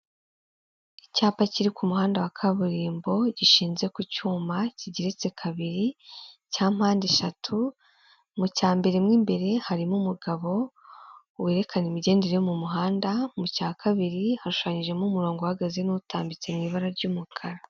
Icyapa kiri ku muhanda wa kaburimbo gishinze ku cyuma, kigereritse kabiri cya mpandeshatu, mu cya mbere mo imbere harimo umugabo werekana imigendere yo mu muhanda, mu cya kabiri hashushanyijemo umurongo uhagaze n'utambitse mu ibara ry'umukara.